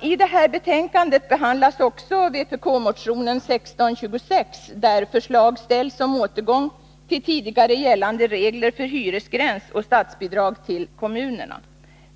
I det här betänkandet behandlas också vpk-motionen 1626, där förslag ställs om återgång till tidigare gällande regler för hyresgräns och statsbidrag till kommunerna.